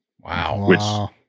Wow